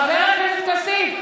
חבר הכנסת כסיף,